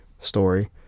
story